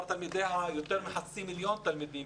תלמידיה הוא יותר מחצי מיליון תלמידים,